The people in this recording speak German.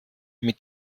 mit